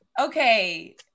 Okay